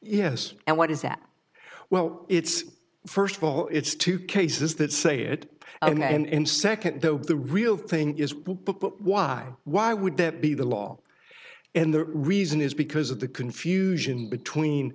yes and what is that well it's first of all it's two cases that say it i don't know and second though the real thing is why why would that be the law and the reason is because of the confusion between